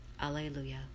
Alleluia